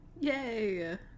yay